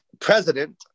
President